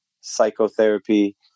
psychotherapy